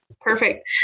Perfect